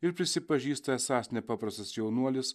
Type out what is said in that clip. ir prisipažįsta esąs nepaprastas jaunuolis